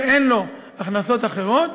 ואין לו הכנסות אחרות,